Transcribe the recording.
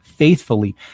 faithfully